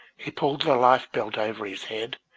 he pulled a lifebelt over his head,